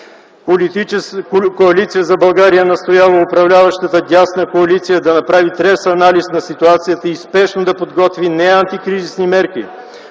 Коалиция за България настоява управляващата дясна коалиция да направи трезв анализ на ситуацията и спешно да подготви не антикризисни мерки,